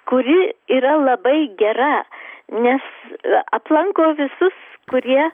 kuri yra labai gera nes aplanko visus kurie